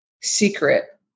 secret